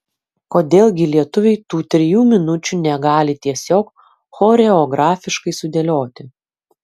kodėl gi lietuviai tų trijų minučių negali tiesiog choreografiškai sudėlioti